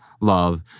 love